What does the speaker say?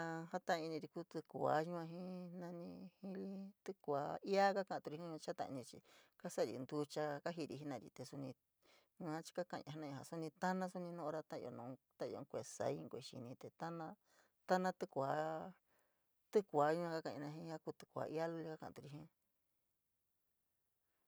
A jatai iniri kuu tíkua yua jii jaa nani, jii tíkua iaa kakaturi jii chii jataiinri chii kasari ntucha jaa kajiri jenari te suni, yua chii kaa kaña jena’aña jaa suni tana, tana suni nu naun ta’ayo in kue’e soíí, kue’e xini te tana, tana tíkua, tíkua yua ka kaña jii jakuu tíkua luli ka ka’aturi jii.